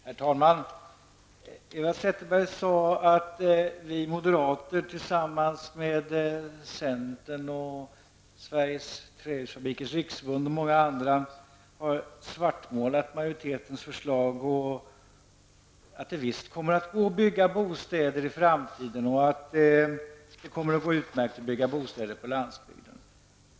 Herr talman! Eva Zetterberg sade att vi moderater tillsammans med centern och Sveriges trähusfabrikers riksförbund och många andra har svartmålat majoritetens förslag och att det kommer att gå utmärkt att bygga bostäder i framtiden även på landsbygden.